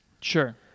Sure